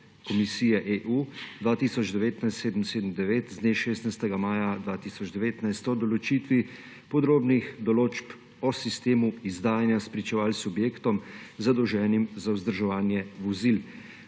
Komisije EU 2019/779 z dne 16. maja 2019 o določitvi podrobnih določb o sistemu izdajanja spričeval subjektom, zadolženim za vzdrževanje vozil,